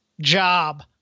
job